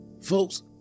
folks